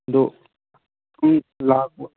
ꯑꯗꯨ ꯁꯨꯝ ꯂꯥꯛꯄ